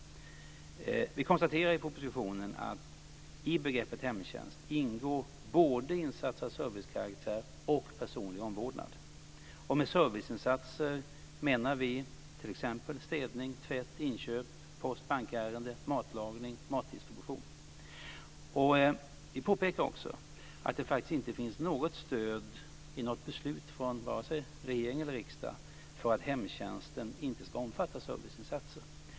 Vi konstaterar i propositionen att i begreppet hemtjänst ingår både insatser av servicekaraktär och personlig omvårdnad. Med serviceinsatser menar vi t.ex. Vi påpekar också att det faktiskt inte finns stöd i något beslut från vare sig regering eller riksdag för att hemtjänsten inte ska omfatta serviceinsatser.